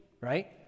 right